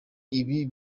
ibi